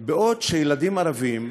בעוד ילדים ערבים,